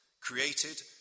created